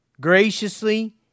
graciously